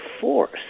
force